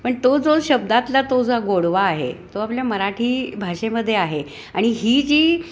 पण तो जो शब्दातला तो जो गोडवा आहे तो आपल्या मराठी भाषेमध्ये आहे आणि ही जी